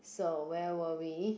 so where were we